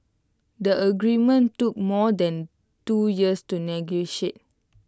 the agreement took more than two years to negotiate